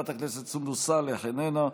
חברת הכנסת סונדוס סאלח, איננה,